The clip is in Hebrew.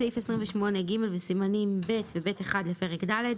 28ג' וסימנים ב' ו-ב'1 לפרק ד'